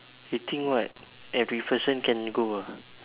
you think what every person can go ah